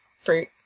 fruit